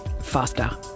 faster